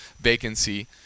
vacancy